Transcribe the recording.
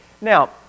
Now